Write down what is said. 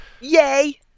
Yay